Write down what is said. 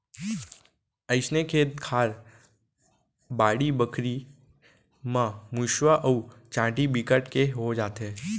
अइसने खेत खार, बाड़ी बखरी म मुसवा अउ चाटी बिकट के हो जाथे